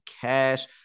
cash